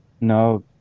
no